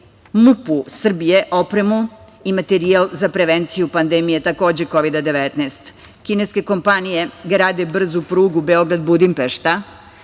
MUP-u Srbije opremu i materijal za prevenciju pandemije, takođe, Kovida-19.Kineske kompanije grade brzu prugu Beograd-Budimpešta.